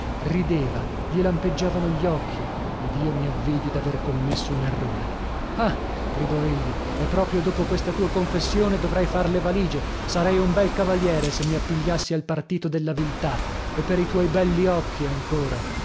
rideva gli lampeggiavano gli occhi ed io mi avvidi d'aver commesso un errore ah gridò egli e proprio dopo questa tua confessione dovrei far le valigie sarei un bel cavaliere se mi appigliassi al partito della viltà e per i tuoi belli occhi ancora